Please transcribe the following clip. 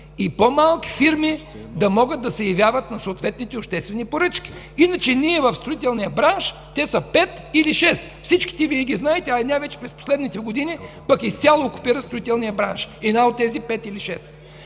и по-малки фирми да се явяват на съответните обществени поръчки? Иначе в строителния бранш, те са пет или шест. Всичките Вие ги знаете, а най-вече през последните години пък изцяло окупира строителния бранш една от тези пет или